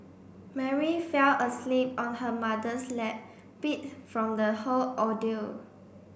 Mary fell asleep on her mother's lap beat from the whole ordeal